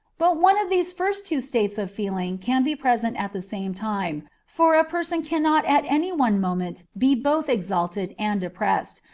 but one of these first two states of feeling can be present at the same time, for a person cannot at any one moment be both exalted and depressed,